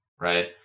right